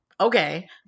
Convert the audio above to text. okay